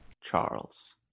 Charles